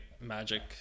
magic